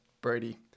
Brady